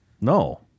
No